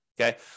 okay